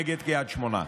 נגד קריית שמונה.